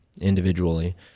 individually